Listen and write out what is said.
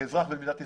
כאזרח במדינת ישראל,